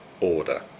order